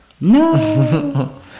No